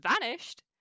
vanished